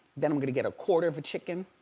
then i'm going to get a quarter of a chicken,